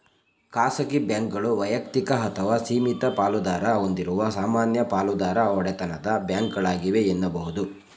ಖಾಸಗಿ ಬ್ಯಾಂಕ್ಗಳು ವೈಯಕ್ತಿಕ ಅಥವಾ ಸೀಮಿತ ಪಾಲುದಾರ ಹೊಂದಿರುವ ಸಾಮಾನ್ಯ ಪಾಲುದಾರ ಒಡೆತನದ ಬ್ಯಾಂಕ್ಗಳಾಗಿವೆ ಎನ್ನುಬಹುದು